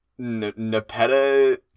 Nepeta